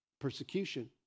persecution